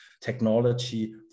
technology